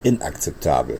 inakzeptabel